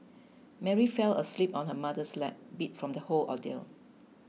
Mary fell asleep on her mother's lap beat from the whole ordeal